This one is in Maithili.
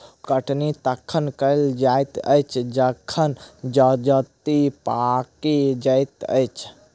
कटनी तखन कयल जाइत अछि जखन जजति पाकि जाइत अछि